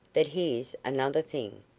that here's another thing.